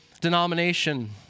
denomination